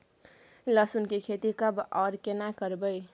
लहसुन की खेती कब आर केना करबै?